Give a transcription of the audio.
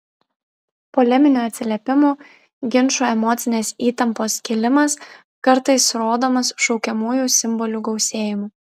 poleminių atsiliepimų ginčų emocinės įtampos kilimas kartais rodomas šaukiamųjų simbolių gausėjimu